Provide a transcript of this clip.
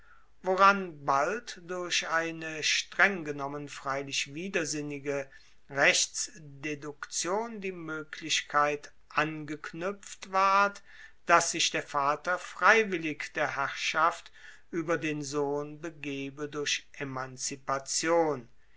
woran bald durch eine streng genommen freilich widersinnige rechtsdeduktion die moeglichkeit angeknuepft ward dass sich der vater freiwillig der herrschaft ueber den sohn begebe durch emanzipation